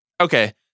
okay